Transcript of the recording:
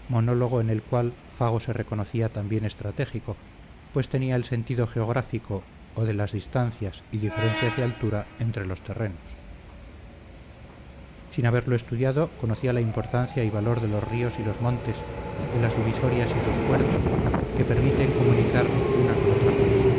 monólogo en el cual fago se reconocía también estratégico pues tenía el sentido geográfico o de las distancias y diferencias de altura entre los terrenos sin haberlo estudiado conocía la importancia y valor de los ríos y los montes de las divisorias y sus puertos que permiten comunicar una con otra cuenca